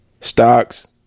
Stocks